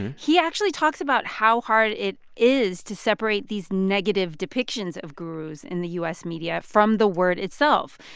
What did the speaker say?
he actually talks about how hard it is to separate these negative depictions of gurus in the u s. media from the word itself.